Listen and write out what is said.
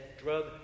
Drug